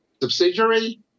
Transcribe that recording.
subsidiary